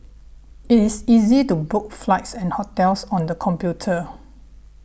it is easy to book flights and hotels on the computer